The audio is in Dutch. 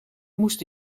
moest